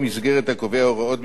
הקובע הוראות בדבר הקמה,